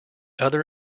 other